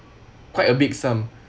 quite a big sum